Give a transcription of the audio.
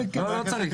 לא צריך,